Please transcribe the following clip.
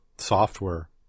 software